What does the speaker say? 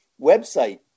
website